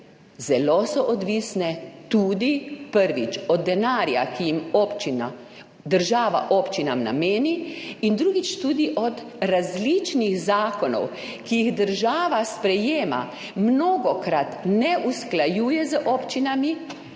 zelo so odvisne tudi, prvič, od denarja, ki jim občina, država občinam nameni, in drugič, tudi od različnih zakonov, ki jih država sprejema, mnogokrat ne usklajuje z občinami,